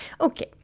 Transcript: Okay